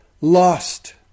lost